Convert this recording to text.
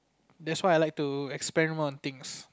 that's why I like to experiment on things